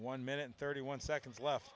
one minute and thirty one seconds left